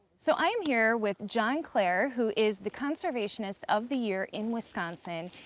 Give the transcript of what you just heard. so i'm here with john cler, who is the conservationist of the year in wisconsin.